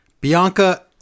Bianca